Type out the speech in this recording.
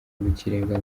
rw’ikirenga